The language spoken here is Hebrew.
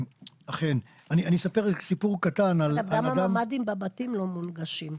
אגב, גם מרבית הממ"דים בבתים לא מונגשים.